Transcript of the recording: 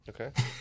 Okay